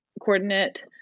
coordinate